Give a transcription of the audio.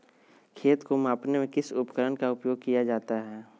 खेत को मापने में किस उपकरण का उपयोग किया जाता है?